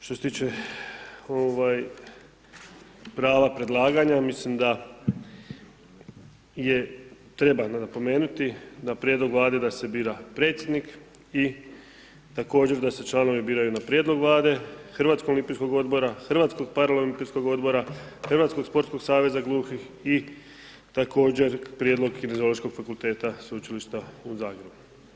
Što se tiče prava predlaganja, mislim da je treba napomenuti na prijedlog Vlade da se bira predsjednik i također da se članovi biraju na prijedlog Vlade, Hrvatskog olimpijskog odbora, Hrvatskog paraolimpijskog odbora, Hrvatskog sportskog saveza gluhih i također prijedlog Kineziološkog fakulteta Sveučilišta u Zagrebu.